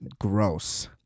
Gross